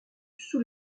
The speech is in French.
sous